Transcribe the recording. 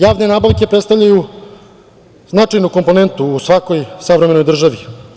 Javne nabavke predstavljaju značajnu komponentu u svakoj savremenoj državi.